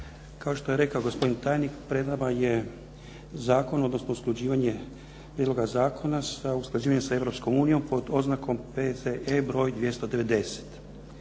Kao što je rekao gospodin tajnik pred nama je Zakon odnosno usklađivanje Prijedloga zakona sa usklađivanjem sa Europskom unijom pod oznakom P.Z.E. broj 290.